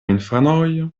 infanoj